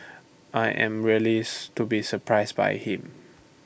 I am really to be surprised by him